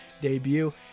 debut